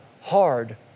hard